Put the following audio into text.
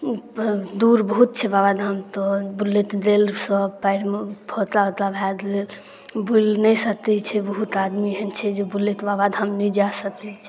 दूर बहुत छै बाबाधाम तऽ बुलैत देल सभ पएरमे फोँता वोँता भए देल बुलि नहि सतै छै बहुत आदमी एहन छै जे बुलैत बाबाधाम नहि जा सतैत छै